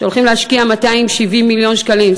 והולכים להשקיע 270 מיליון שקלים.